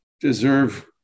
deserve